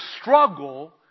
struggle